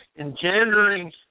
engendering